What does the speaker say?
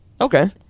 Okay